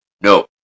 no